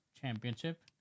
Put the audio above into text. championship